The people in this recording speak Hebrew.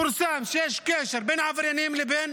פורסם שיש קשר בין עבריינים לבין